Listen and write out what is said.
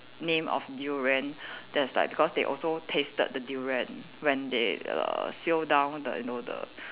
name of durian there's like because they also tasted the durian when they err sail down the you know the